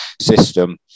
system